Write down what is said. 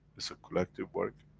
it's a collective work,